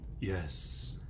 Yes